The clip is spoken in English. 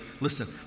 listen